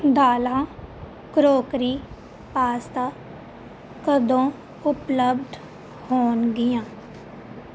ਦਾਲਾਂ crockery pasta ਕਦੋਂ ਉਪਲੱਬਧ ਹੋਣਗੀਆਂ